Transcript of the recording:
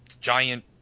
giant